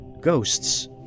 Ghosts